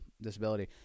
disability